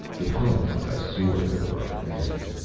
it hung like a sword over our heads.